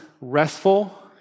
restful